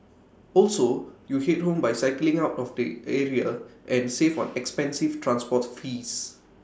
also you Head home by cycling out of the area and save on expensive transport fees